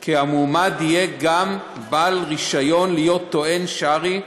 כי המועמד יהיה גם בעל רישיון להיות טוען שרעי,